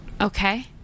Okay